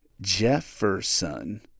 Jefferson